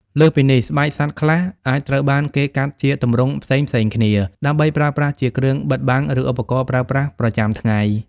លើសពីនេះ ស្បែកសត្វខ្លះអាចត្រូវបានគេកាត់ជាទម្រង់ផ្សេងៗគ្នា ដើម្បីប្រើប្រាស់ជាគ្រឿងបិទបាំង ឬឧបករណ៍ប្រើប្រាស់ប្រចាំថ្ងៃ